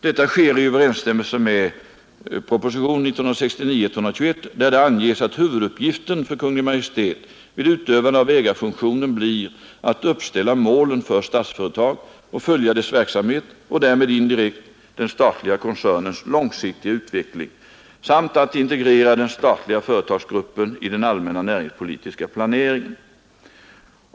Detta sker i överensstämmelse med propositionen 1969:121, där det anges att huvuduppgiften för Kungl. Maj:t vid utövande av ägarfunktionen blir att uppställa målen för Statsföretag och följa dess verksamhet och därmed indirekt den statliga koncernens långsiktiga utveckling samt att integrera den statliga företagsgruppen i den allmänna näringspolitiska planeringen.